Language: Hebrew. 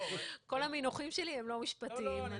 כל המינוחים שלי לא משפטיים.